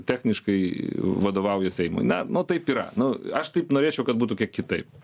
techniškai vadovauja seimui na nu taip yra nu aš taip norėčiau kad būtų kiek kitaip